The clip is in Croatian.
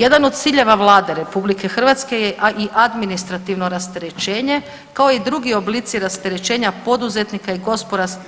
Jedan od ciljeva Vlade RH je i administrativno rasterećenje kao i drugi oblici rasterećenja poduzetnika i